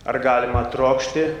ar galima trokšti